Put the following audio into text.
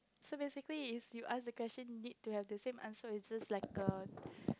so basically is you ask the question you need to have the same answer or is like a